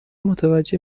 متوجه